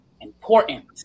important